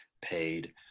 paid